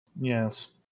Yes